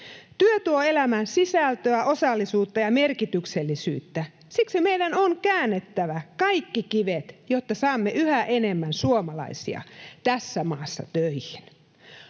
Työ tuo elämään sisältöä, osallisuutta ja merkityksellisyyttä. Siksi meidän on käännettävä kaikki kivet, jotta saamme yhä enemmän suomalaisia tässä maassa töihin.